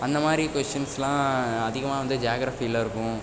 அந்த மாதிரி கொஸின்ஸ்லாம் அதிகமாக வந்து ஜாக்ரஃபியில் இருக்கும்